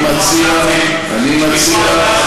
אני מציע,